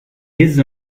des